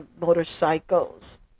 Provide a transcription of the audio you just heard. motorcycles